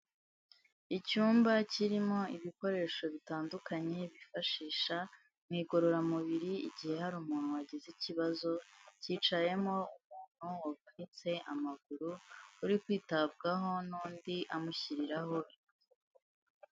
Icyumba kirimo ibikoresho bitandukanye byifashisha mu igorororamubiri igihe hari umuntu wagize ikibazo, cyicayemo n'uwavutse amaguru uri kwitabwaho n'undi amushyiriraho.